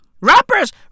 Rappers